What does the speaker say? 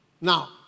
Now